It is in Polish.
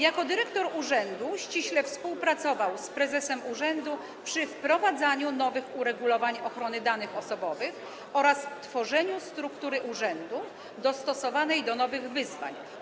Jako dyrektor urzędu ściśle współpracował z prezesem urzędu przy wprowadzaniu nowych uregulowań dotyczących ochrony danych osobowych oraz tworzeniu struktury urzędu dostosowanej do nowych wyzwań.